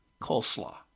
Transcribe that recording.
coleslaw